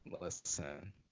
listen